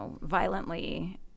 violently